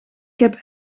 heb